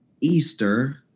Easter